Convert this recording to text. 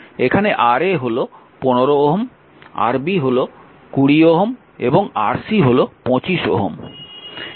এখানে Ra হল 15 Ω Rb হল 20 Ω এবং Rc হল 25 Ω